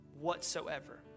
whatsoever